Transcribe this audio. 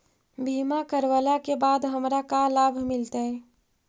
बीमा करवला के बाद हमरा का लाभ मिलतै?